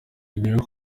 zigera